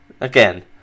Again